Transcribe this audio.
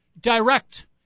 direct